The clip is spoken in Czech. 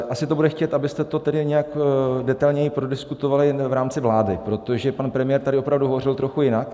Asi to bude chtít, abyste to tedy nějak detailněji prodiskutovali v rámci vlády, protože pan premiér tady opravdu hovořil trochu jinak.